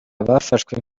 bafashwe